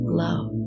love